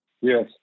Yes